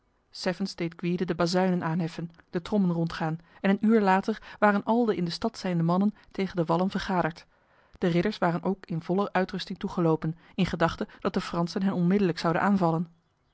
seffens deed gwyde de bazuinen aanheffen de trommen rondgaan en een uur later waren al de in de stad zijnde mannen tegen de wallen vergaderd de ridders waren ook in volle uitrusting toegelopen in gedachte dat de fransen hen onmiddellijk zouden aanvallen